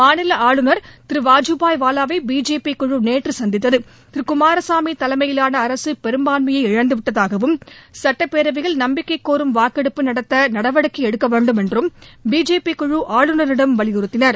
மாநில ஆளுநர் திரு வாஜூபாய் வாவாவை பிஜேபி குழு நேற்று சந்தித்தது திரு குமாரசாமி தலைமையிலான அரசு பெரும்பான்மையை இழந்துவிட்டதாகவும் சட்டபபேரவையில் நம்பிக்கை கோரும் வாக்கெடுப்பு நடத்த நடவடிக்கை எடுக்க வேண்டும் என்றும் பிஜேபி குழு ஆளுநரிடம் வலியுறுத்தினர்